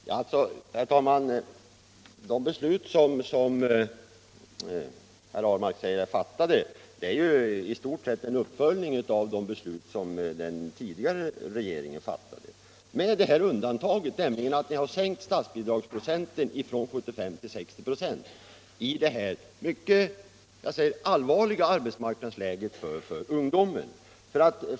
Herr talman! De beslut som herr Ahlmark säger är fattade är i stort sett en uppföljning av de beslut som den tidigare regeringen fattat, med det undantaget, att ni har sänkt statsbidraget från 75 till 60 96 i detta för ungdomen mycket allvarliga arbetsmarknadsläge.